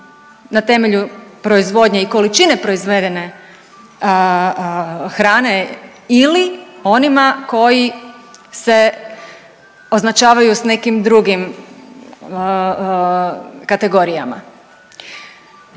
na temelju proizvodnje i količine proizvedene hrane ili onima koji se označavaju sa nekim drugim kategorijama.